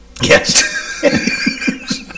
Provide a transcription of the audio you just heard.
Yes